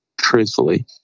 truthfully